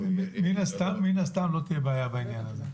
--- מן הסתם לא תהיה בעיה בעניין הזה.